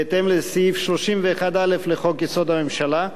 בהתאם לסעיף 31(א) לחוק-יסוד: הממשלה,